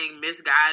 misguided